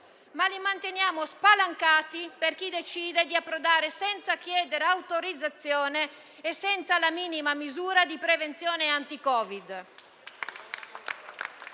ma li mantiene spalancati per chi decide di approdare, senza chiedere autorizzazione e senza la minima misura di prevenzione anti-Covid.